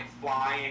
flying